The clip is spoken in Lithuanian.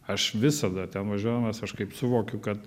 aš visada ten važiuodamas aš kaip suvokiu kad